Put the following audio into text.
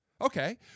Okay